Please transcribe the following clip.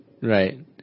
right